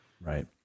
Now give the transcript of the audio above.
Right